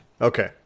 Okay